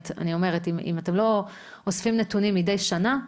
אני אומרת באמת - אם אתם לא אוספים נתונים מדי שנה,